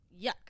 Yuck